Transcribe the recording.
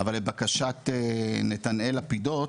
אבל לבקשת נתנאל לפידות,